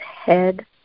head